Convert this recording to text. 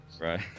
Right